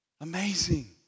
Amazing